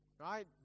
right